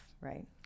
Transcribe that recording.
right